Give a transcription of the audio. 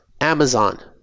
Amazon